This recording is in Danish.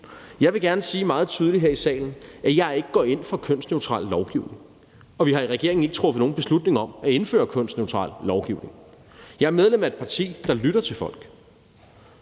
Jeg vil gerne sige meget tydeligt her i salen, at jeg ikke går ind for kønsneutral lovgivning, og vi har i regeringen ikke truffet nogen beslutning om at indføre kønsneutral lovgivning. Jeg er medlem af et parti, der lytter til folk,